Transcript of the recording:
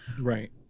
Right